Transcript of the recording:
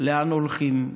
לאן הולכים,